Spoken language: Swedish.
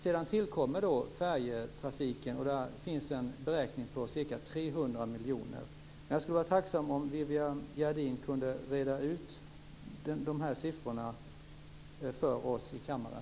Sedan tillkommer färjetrafiken, och där finns en beräkning på ca 300 Jag skulle vara tacksam om Viviann Gerdin kunde reda ut de här siffrorna för oss i kammaren.